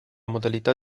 modalità